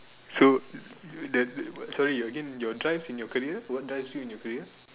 so the so you again your drive in your career what drives you in your career